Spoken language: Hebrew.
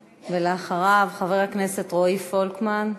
ואחריו, חבר הכנסת רועי פולקמן.